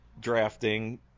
drafting